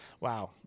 Wow